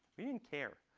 we and care.